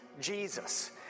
Jesus